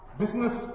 business